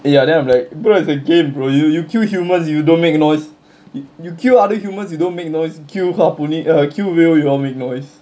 ya then I'm like bro is a game bro you you kill humans you don't make noise you kill other humans you don't make noise you kill harpooning uh kill whale you want make noise